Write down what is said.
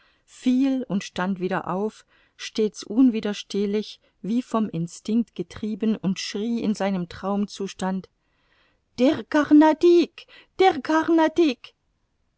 fiel und stand wieder auf stets unwiderstehlich wie vom instinct getrieben und schrie in seinem traumzustand der carnatic der